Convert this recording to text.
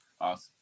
Awesome